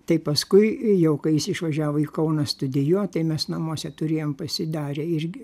tai paskui jau kai jis išvažiavo į kauną studijuot tai mes namuose turėjom pasidarę irgi